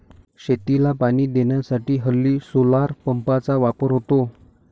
शेतीला पाणी देण्यासाठी हल्ली सोलार पंपचा वापर होतो